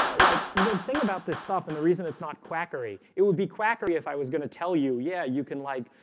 ah like the thing about this stuff and the reason it's not quackery. it would be quackery if i was going to tell you yeah, you can like,